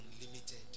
unlimited